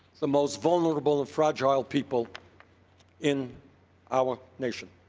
the most vulnerable and fragile people in our nation.